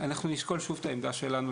אנחנו נשקול שוב את העמדה שלנו,